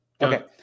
okay